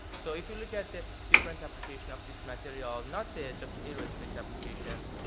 so if you look at the different application of this material, not they're just aerospace applications,